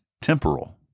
temporal